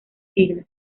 siglos